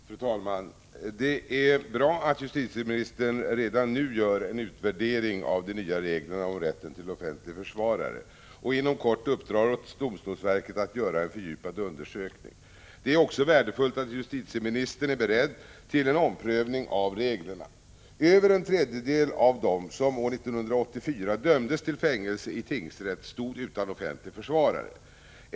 Fru talman! Det är bra att justitieministern redan nu gör en utvärdering av de nya reglerna om rätten till offentlig försvarare och inom kort uppdrar åt domstolsverket att göra en fördjupad undersökning. Det är också värdefullt att justitieministern är beredd till en omprövning av reglerna. Över en tredjedel av dem som år 1984 dömdes till fängelse i tingsrätt stod utan offentlig försvarare.